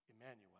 Emmanuel